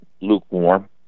lukewarm